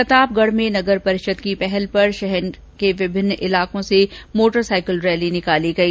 प्रतापगढ़ में नगर परिषद की पहल पर शहर के विभिन्न इलाकों से मोटरसाइकिल रैली निकाली गई